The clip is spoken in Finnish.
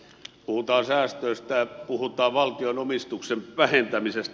puhutaan säästöistä puhutaan valtion omistuksen vähentämisestä